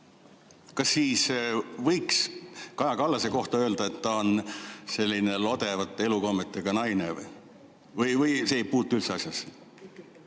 kas siis võiks Kaja Kallase kohta öelda, et ta on selline lodevate elukommetega naine? Või see ei puutu üldse asjasse,